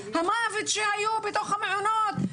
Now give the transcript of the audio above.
המוות שהיו בתוך המעונות,